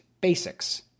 basics